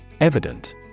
Evident